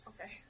Okay